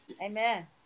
Amen